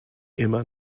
immer